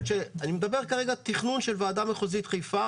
אני מדבר כרגע על התכנון של ועדה מחוזית חיפה.